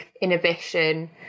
inhibition